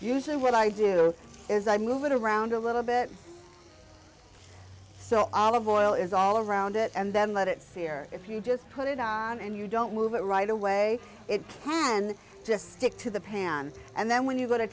usually what i do is i move it around a little bit so olive oil is all around it and then let it sear if you just put it on and you don't move it right away it can just stick to the pan and then when you go to